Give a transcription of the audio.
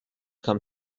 come